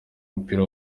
w’umupira